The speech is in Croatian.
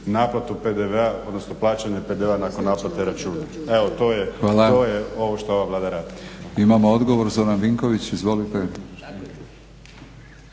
naplatu PDV-a odnosno plaćanja PDV-a nakon naplate računa. Evo to je ovo što ova Vlada radi. **Batinić, Milorad (HNS)** Imamo odgovor Zoran Vinković, izvolite.